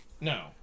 No